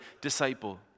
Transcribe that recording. disciple